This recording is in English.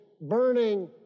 burning